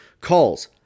calls